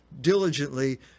diligently